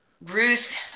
Ruth